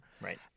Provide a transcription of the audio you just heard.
Right